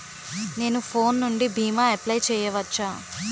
నేను ఫోన్ నుండి భీమా అప్లయ్ చేయవచ్చా?